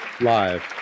Live